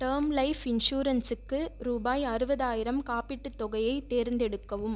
term life இன்சூரன்ஸுக்கு ரூபாய் அறுபதாயிரம் காப்பீட்டுத் தொகையை தேர்ந்தெடுக்கவும்